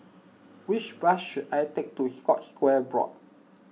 which bus should I take to Scotts Square Block